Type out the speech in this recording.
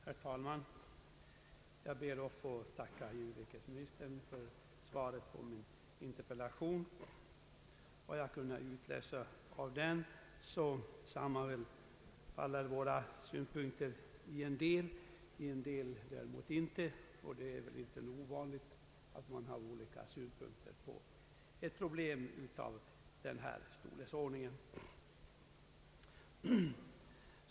Herr talman! Jag ber att få tacka inrikesministern för svaret på min interpellation. Efter vad jag kunde utläsa av svaret sammanfaller våra synpunkter i en del fall och i en del fall inte. Det är väl inte något ovanligt att man har olika synpunkter på ett problem av denna storlek.